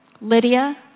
Lydia